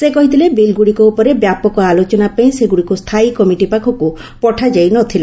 ସେ କହିଥିଲେ ବିଲ୍ଗୁଡ଼ିକ ଉପରେ ବ୍ୟାପକ ଆଲୋଚନା ପାଇଁ ସେଗୁଡ଼ିକୁ ସ୍ଥାୟୀ କମିଟି ପାଖକୁ ପଠାଯାଇ ନ ଥିଲା